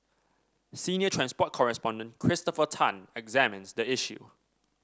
senior transport correspondent Christopher Tan examines the issue